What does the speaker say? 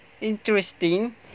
interesting